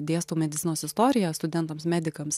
dėstau medicinos istoriją studentams medikams